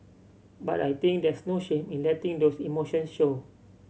but I think there's no shame in letting those emotions show